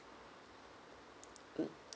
mm